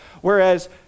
whereas